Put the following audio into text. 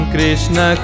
Krishna